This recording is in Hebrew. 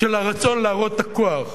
של הרצון להראות את הכוח,